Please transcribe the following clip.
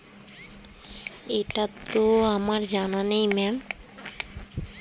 তরু গাছের পাতা যেটা মানুষের খাবার হিসেবে ব্যবহার করা হয়